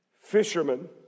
Fishermen